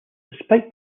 despite